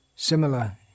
Similar